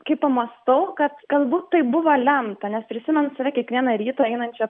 kai pamąstau kad galbūt tai buvo lemta nes prisimenu save kiekvieną rytą einančią